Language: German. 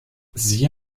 siehe